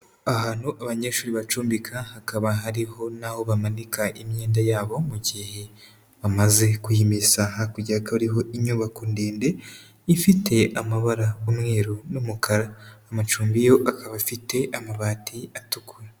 Ahantu abanyeshuri bacumbika hakaba hariho naho bamanika imyenda yabo, mu gihe bamaze kuyimesa. Hakurya hakaba hariho inyubako ndende, ifite amabara' umweru n'umukara, amacumbi yo akaba afite amabati atukura.